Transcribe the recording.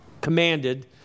commanded